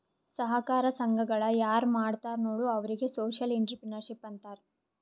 ಸಹಕಾರ ಸಂಘಗಳ ಯಾರ್ ಮಾಡ್ತಾರ ನೋಡು ಅವ್ರಿಗೆ ಸೋಶಿಯಲ್ ಇಂಟ್ರಪ್ರಿನರ್ಶಿಪ್ ಅಂತಾರ್